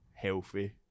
healthy